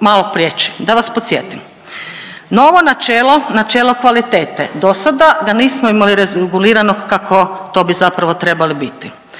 malo prijeći. Da vas podsjetim. Novo načelo, načelo kvalitete, do sada ga nismo imali reguliranog kako to bi zapravo trebali biti.